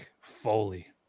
Foley